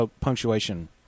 punctuation